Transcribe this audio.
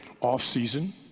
off-season